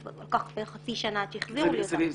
לקח חצי שנה עד שהחזירו לי אותם זה